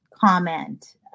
comment